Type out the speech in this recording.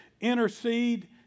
Intercede